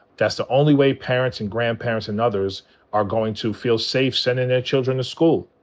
that's the only way parents and grandparents and others are going to feel safe sending their children to school.